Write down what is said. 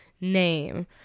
name